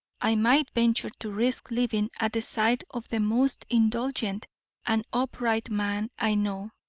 i might venture to risk living at the side of the most indulgent and upright man i know.